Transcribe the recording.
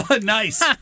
Nice